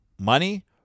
money